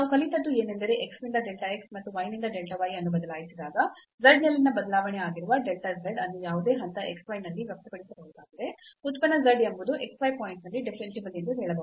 ನಾವು ಕಲಿತದ್ದು ಏನೆಂದರೆ x ನಿಂದ delta x ಮತ್ತು y ನಿಂದ delta y ಅನ್ನು ಬದಲಾಯಿಸುವಾಗ z ನಲ್ಲಿನ ಬದಲಾವಣೆ ಆಗಿರುವ delta z ಅನ್ನು ಯಾವುದೇ ಹಂತ x y ನಲ್ಲಿ ವ್ಯಕ್ತಪಡಿಸಬಹುದಾದರೆ ಉತ್ಪನ್ನ z ಎಂಬುದು x y ಪಾಯಿಂಟ್ ನಲ್ಲಿ ಡಿಫರೆನ್ಸಿಬಲ್ ಎಂದು ಹೇಳಬಹುದು